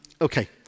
Okay